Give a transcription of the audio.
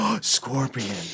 scorpion